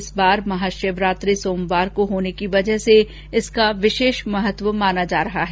इस बार महाशिवरात्रि सोमवार को होने की वजह से इसका विशेष महत्व माना जा रहा है